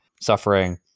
suffering